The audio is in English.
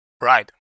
Right